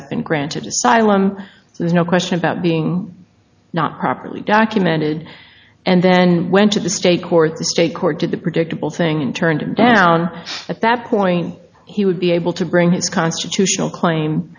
i've been granted asylum there's no question about being not properly documented and then went to the state court the state court did the predictable thing and turned down at that point he would be able to bring his constitutional claim